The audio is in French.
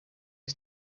est